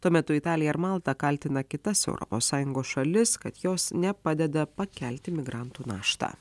tuo metu italija ir malta kaltina kitas europos sąjungos šalis kad jos nepadeda pakelti migrantų naštą